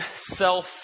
self